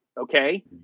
Okay